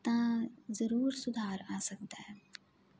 ਤਾਂ ਜ਼ਰੂਰ ਸੁਧਾਰ ਆ ਸਕਦਾ ਹੈ